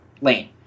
lane